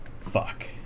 fuck